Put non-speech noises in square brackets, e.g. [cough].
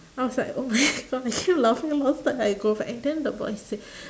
I was like oh my gosh I keep laughing laugh until I go back and then the boys said [breath]